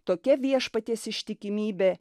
tokia viešpaties ištikimybė